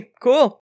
cool